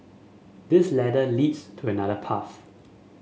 this ladder leads to another path